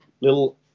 little